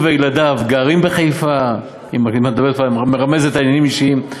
הוא וילדיו גרים בחיפה אם את כבר מרמזת על עניינים אישיים.